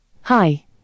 hi